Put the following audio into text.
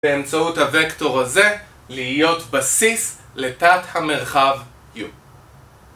באמצעות הוקטור הזה להיות בסיס לתת המרחב U